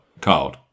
card